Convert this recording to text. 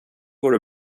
vore